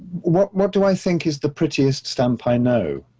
what what do i think is the prettiest stamp i know?